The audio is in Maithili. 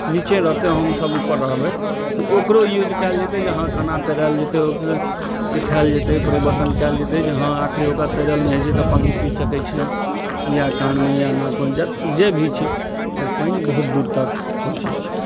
नीचे रहतै हमसब ऊपर रहबै तऽ ओकरो यूज कयल जेतै जे हँ कना तैरल जेतै सिखाएल जेतै परिवर्तन कैल जेतै जे हँ आखिर ओकरा तैरल नै होइ छै तऽ पानी पी सकै छै या कानमे या नाकमे जे भी छै ओ पानि बहुत दूर तक पहुँचै छै